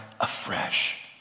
afresh